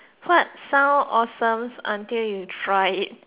what sound awesomes until you try it